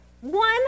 One